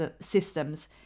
systems